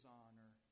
honor